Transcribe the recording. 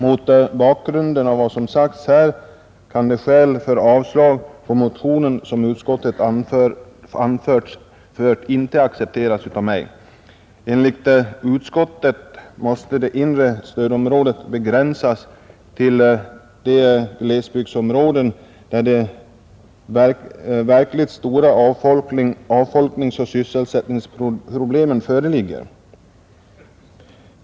Mot bakgrund av vad som sagts här kan de skäl för avslag på motionen som utskottet anfört inte accepteras av mig. Enligt utskottet måste det inre stödområdet begränsas ”till de glesbygdsområden där de verkligt stora avfolkningsoch sysselsättningsproblemen föreligger”.